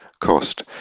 cost